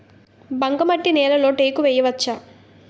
బంకమట్టి నేలలో టేకు వేయవచ్చా?